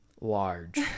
Large